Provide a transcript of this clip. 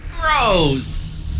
Gross